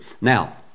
Now